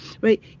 right